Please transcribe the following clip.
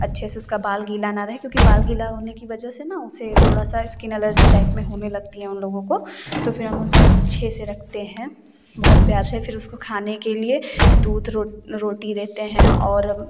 अच्छे से उसका बाल गीला ना रहे क्योंकि बाल गीला होने की वजह से न उसे थोड़ा सा स्किन एलर्जी टाइप में होने लगती है उन लोगों को तो फ़िर हम उसे अच्छे से रखते हैं बहुत प्यार से फ़िर उसको खाने के लिए दूध रोटी देते हैं और